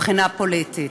מבחינה פוליטית.